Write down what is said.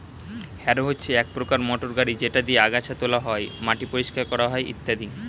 harrow হচ্ছে এক প্রকার মোটর গাড়ি যেটা দিয়ে আগাছা তোলা হয়, মাটি পরিষ্কার করা হয় ইত্যাদি